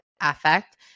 affect